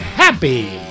happy